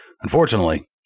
unfortunately